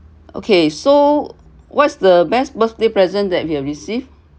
okay so what's the best birthday present that you’ve received